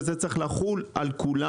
וזה צריך לחול על כולם.